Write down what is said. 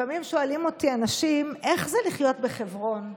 לפעמים שואלים אותי אנשים: איך זה לחיות בחברון,